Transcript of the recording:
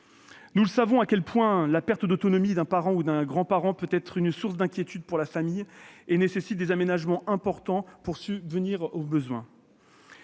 Nous savons combien la perte d'autonomie d'un parent ou d'un grand-parent peut être source d'inquiétude pour la famille et implique des aménagements importants pour subvenir à ses besoins.